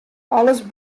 alles